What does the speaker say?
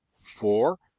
for,